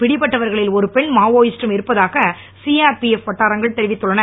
பிடிப்பட்டவர்களில் ஒரு பெண் மாவோயிஸ்ட்டும் இருப்பதாக சிஆர்பிஎப் வட்டாரங்கள் தெரிவித்துள்ளன